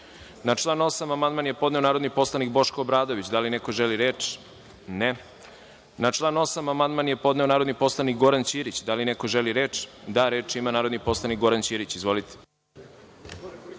član 8. amandman je podneo narodni poslanik Boško Obradović. Da li neko želi reč? (Ne)Na član 8. amandman je podneo narodni poslanik Goran Ćirić. Da li neko želi reč? (Da)Reč ima narodni poslanik Goran Ćirić. Izvolite.